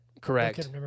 correct